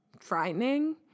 frightening